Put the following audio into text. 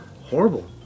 horrible